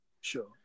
Sure